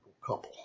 couple